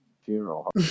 funeral